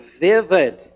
vivid